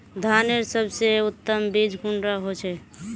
धानेर सबसे उत्तम बीज कुंडा होचए?